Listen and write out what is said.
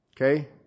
Okay